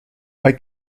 hay